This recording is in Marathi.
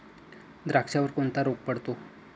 द्राक्षावर कोणता रोग पडतो?